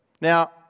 Now